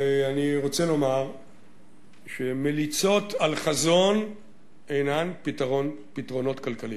ואני רוצה לומר שמליצות על חזון אינן פתרונות כלכליים.